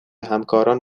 همکاران